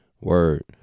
word